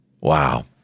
Wow